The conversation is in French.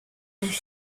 les